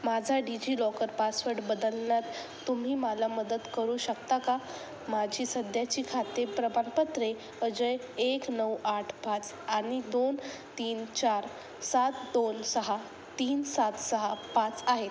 माझा DigiLocker password बदलण्यात तुम्ही मला मदत करू शकता का माझी सध्याची खाते प्रमाणपत्रे अजय एक नऊ आठ पाच आणि दोन तीन चार सात दोन सहा तीन सात सहा पाच आहेत